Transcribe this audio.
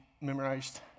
memorized